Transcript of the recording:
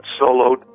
soloed